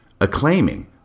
acclaiming